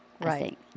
Right